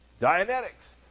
Dianetics